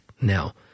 now